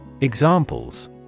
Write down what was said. Examples